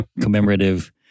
commemorative